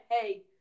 hey